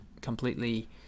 completely